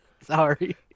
Sorry